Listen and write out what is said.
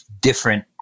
different